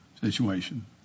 situation